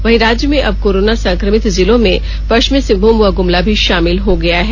वहीं राज्य में अब कोरोना संक्रमित जिलों में पश्चिमी सिंहभूम व गुमला भी षामिल हो गया है